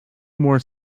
more